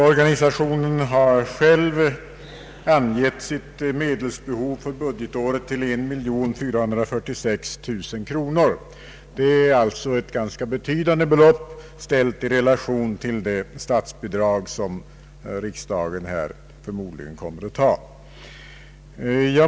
Organisationen har själv angett sitt medelsbehov för budgetåret till 1446 000 kronor, vilket är ett ganska betydande belopp ställt i relation till det statsbidrag som riksdagen här förmodligen kommer att bevilja.